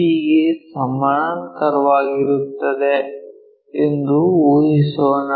P ಗೆ ಸಮಾನಾಂತರವಾಗಿವೆ ಎಂದು ಊಹಿಸೋಣ